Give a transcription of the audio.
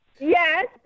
Yes